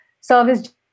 service